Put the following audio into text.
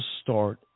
start